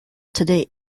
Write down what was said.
today